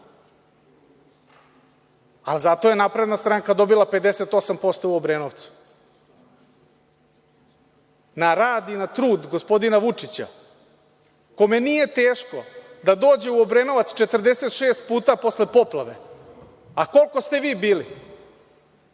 DS. Zato je Napredna stranka dobila 58% u Obrenovcu na rad i na trud gospodina Vučića kome nije teško da dođe u Obrenovac 46 puta posle poplave, a koliko ste vi bili